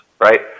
right